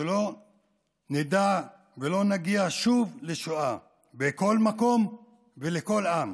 שלא נדע ולא נגיע שוב לשואה, בכל מקום ולכל עם,